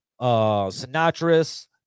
Sinatras